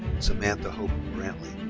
samantha hope brantley.